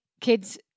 kids